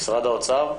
משרד האוצר,